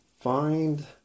find